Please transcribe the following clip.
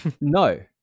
no